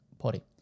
potty